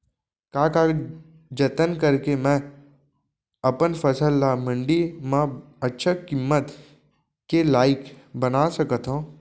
का का जतन करके मैं अपन फसल ला मण्डी मा अच्छा किम्मत के लाइक बना सकत हव?